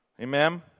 Amen